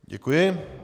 Děkuji.